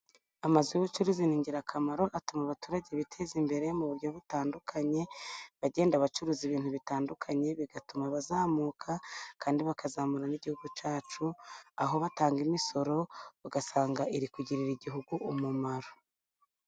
Amazu y'ubucuruzi ni ingirakamaro, atuma abaturage biteza imbere mu buryo butandukanye, bagenda bacuruza ibintu bitandukanye, bigatuma bazamuka kandi bakazamura n'igihugu cyacu, aho batanga imisoro ugasanga iri kugirira igihugu umumaro.